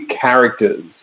characters